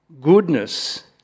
Goodness